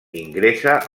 ingressa